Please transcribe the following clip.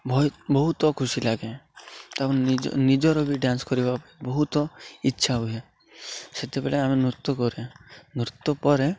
ବହୁତ ଖୁସି ଲାଗେ ତାପରେ ନିଜ ନିଜର ବି ଡ୍ୟାନ୍ସ କରିବା ପାଇଁ ବହୁତ ଇଛା ହୁଏ ସେତେବେଳେ ଆମେ ନୃତ୍ୟ କରେ ନୃତ୍ୟ ପରେ